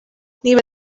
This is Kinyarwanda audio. niba